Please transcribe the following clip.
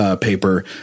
paper